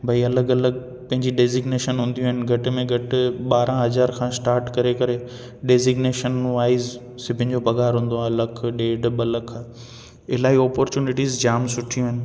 भाई अलॻि अलॻि पंहिंजी डेज़िगनेशन हूंदियूं आहिनि घटि में घटि ॿारहां हज़ार खां स्टार्ट करे करे डेज़िंगनेशन वॉइस सभिनि जो पघारु मिलंदो आहे लखु डेढ ॿ लख इलाही ओपोर्चुनिटीज़ जामु सुठियूं आहिनि